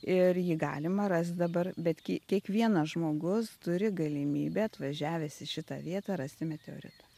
ir jį galima rast dabar betgi kiekvienas žmogus turi galimybę atvažiavęs į šitą vietą rasti meteoritą